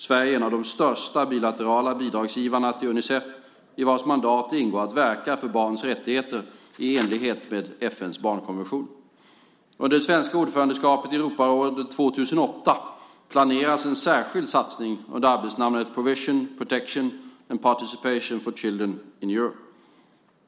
Sverige är en av de största bilaterala bidragsgivarna till Unicef, i vars mandat det ingår att verka för barns rättigheter i enlighet med FN:s barnkonvention. Under det svenska ordförandeskapet i Europarådet 2008 planeras en särskild satsning under arbetsnamnet Provision, Protection and Participation for Children in Europe.